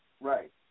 Right